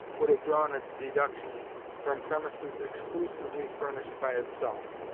would have drawn its deductions from premises exclusively furnished by itself.